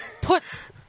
puts